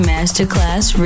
Masterclass